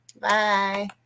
Bye